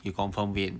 you confirm game